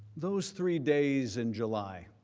those three days in july,